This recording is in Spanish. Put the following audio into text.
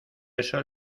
eso